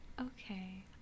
Okay